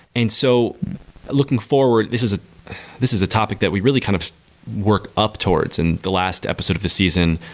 and so looking forward, this is ah this is a topic that we really kind of work up towards in the last episode of this season.